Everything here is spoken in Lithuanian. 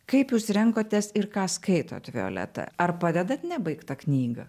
kaip jūs renkatės ir ką skaitot violeta ar padedat nebaigtą knygą